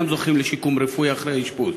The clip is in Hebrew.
חוזר בדרום אינם זוכים לשיקום רפואי אחרי האשפוז,